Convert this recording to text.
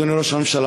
אדוני ראש הממשלה,